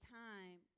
time